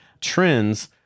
trends